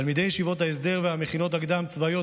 תלמידי ישיבות ההסדר והמכינות הקדם-צבאיות,